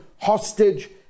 hostage